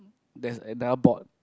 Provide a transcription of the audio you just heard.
that is another board